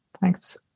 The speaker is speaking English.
Thanks